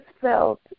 felt